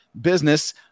business